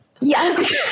Yes